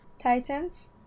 Titans